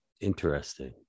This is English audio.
Interesting